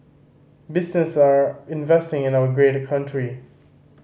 businesses are investing in our great country